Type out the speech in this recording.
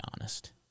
honest